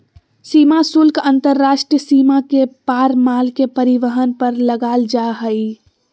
सीमा शुल्क अंतर्राष्ट्रीय सीमा के पार माल के परिवहन पर लगाल जा हइ